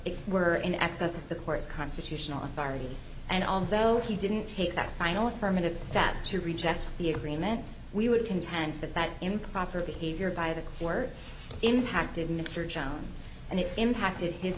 it were in excess of the court's constitutional authority and although he didn't take that final affirmative step to reject the agreement we would contend that that improper behavior by the corps impacted mr jones and it